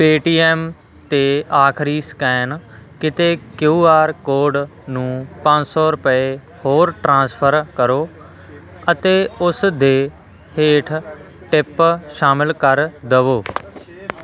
Paytm 'ਤੇ ਆਖਰੀ scan ਕੀਤੇ ਕਉ ਆਰ ਕੋਡ ਨੂੰ ਪੰਜ ਸੌ ਰੁਪਏ ਹੋਰ ਟ੍ਰਾਂਸਫਰ ਕਰੋ ਅਤੇ ਉਸ ਦੇ ਹੇਠ ਟਿਪ ਸ਼ਾਮਿਲ ਕਰ ਦੇਵੋ